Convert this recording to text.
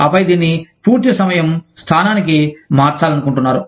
ఆపై దీన్ని పూర్తి సమయం స్థానానికి మార్చాలనుకుంటున్నారు